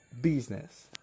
business